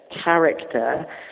character